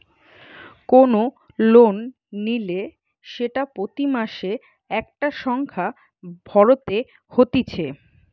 কোন লোন নিলে সেটা প্রতি মাসে একটা সংখ্যা ভরতে হতিছে